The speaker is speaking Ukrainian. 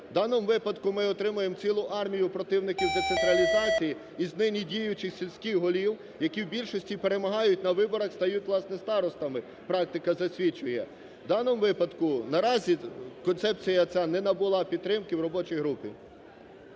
В даному випадку ми отримуємо цілу армію противників децентралізації із нині діючих сільських голів, які в більшості перемагають на виборах, стають, власне, старостами – практика засвідчую. В даному випадку наразі концепція ця не набула підтримки в робочій групі.